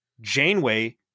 Janeway